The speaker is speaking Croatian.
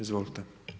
Izvolite.